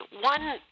one